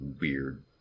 weird